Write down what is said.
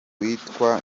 witwa